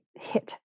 hit